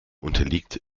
unterliegt